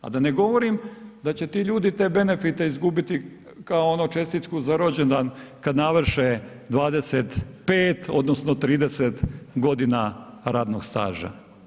A da ne govorim da će ti ljudi te benefite izgubiti kao onu čestitku za rođendan kad navrše 25 odnosno 30 g. radnog staža.